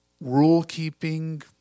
rule-keeping